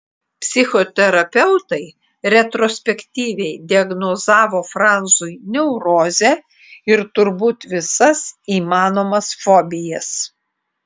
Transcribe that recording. psichoterapeutai retrospektyviai diagnozavo franzui neurozę ir turbūt visas įmanomas fobijas